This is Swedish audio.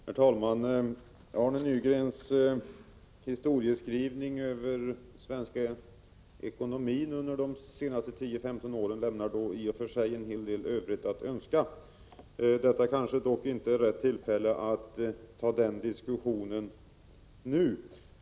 Herr talman! Arne Nygrens historieskrivning när det gäller Sveriges ekonomi de senaste 10—15 åren lämnar en hel del övrigt att önska. Detta kanske dock inte är rätt tillfälle att föra den diskussionen.